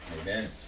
Amen